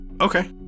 Okay